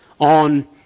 on